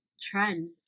trend